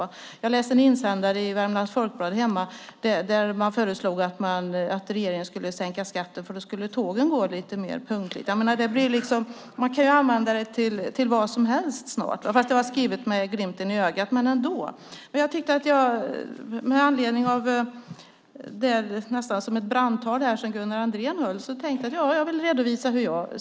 Hemma läste jag en insändare i Värmlands Folkblad där man tyckte att regeringen skulle sänka skatten, för då skulle tågen gå lite punktligare. Man kan tydligen snart använda resonemanget till vad som helst. Det var skrivet med glimten i ögat, men ändå. Med anledning av Gunnar Andréns anförande här som nästan var som ett brandtal vill jag redovisa min syn.